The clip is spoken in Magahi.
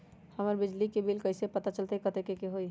हमर बिजली के बिल कैसे पता चलतै की कतेइक के होई?